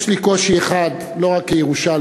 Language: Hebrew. יש לי קושי אחד, לא רק כירושלמי,